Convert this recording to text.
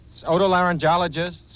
otolaryngologists